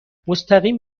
مستقیم